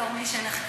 בתור מי שנחקר,